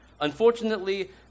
Unfortunately